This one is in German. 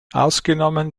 ausgenommen